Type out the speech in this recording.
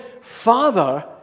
father